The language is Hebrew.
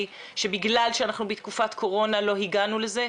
שבגלל שאנחנו בתקופת קורונה לא הגענו לזה,